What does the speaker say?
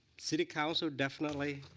city council definitely,